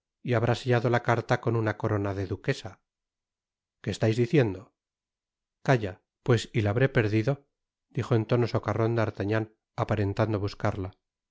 y habrá sellado la carta con una corona de duquesa qué estais diciendo ahora calla pues y la habré perdido dijo en tono socarron d'artagnan aparentando buscarla